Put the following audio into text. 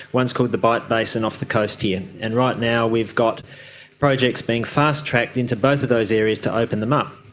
one is called the bight basin off the coast here. and right now we've got projects being fast-tracked into both of those areas to open them up.